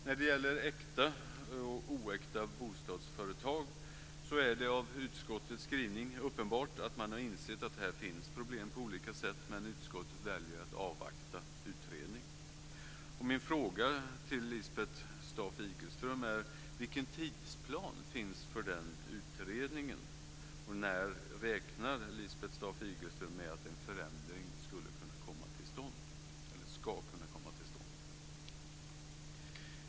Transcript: När det gäller äkta och oäkta bostadsföretag är det av utskottets skrivning uppenbart att man har insett att här finns problem på olika sätt, men utskottet väljer att avvakta en utredning. Min fråga till Lisbeth Staaf-Igelström är: Vilken tidsplan finns för den utredningen, och när räknar Lisbeth Staaf-Igelström med att en förändring ska kunna komma till stånd?